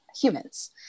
humans